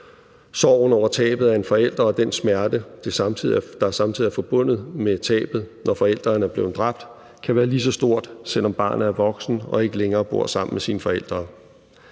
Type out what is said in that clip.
Sorgen over tabet af en forælder og den smerte, der samtidig er forbundet med tabet, når forælderen er blevet dræbt, kan være lige så stort, selv om barnet er voksent og ikke længere bor sammen med sine forældre.